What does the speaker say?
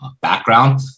background